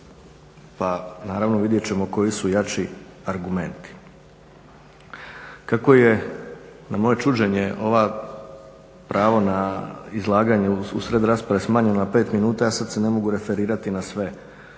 pa naravno vidjet ćemo koji su jači argumenti. Kako je na moje čuđenje ovo pravo na izlaganje usred rasprave smanjeno na pet minuta ja sad se ne mogu referirati na sve